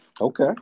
okay